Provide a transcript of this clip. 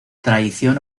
traición